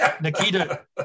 Nikita